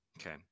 okay